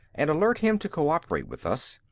and alert him to co-operate with us.